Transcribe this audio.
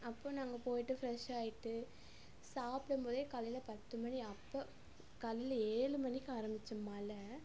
அப்போ நாங்கள் போயிட்டு ஃப்ரெஷ் ஆகிட்டு சாப்பிடும் போதே காலையில் பத்து மணி அப்போது காலையில் ஏழு மணிக்கு ஆரமித்த மழை